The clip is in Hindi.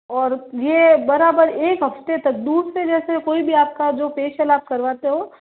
और ये बराबर एक हफ्ते तक दूध से जैसे कोई भी आपका जो फेशियल आप करवाते हो